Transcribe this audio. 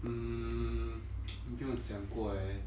mm 没有想过 eh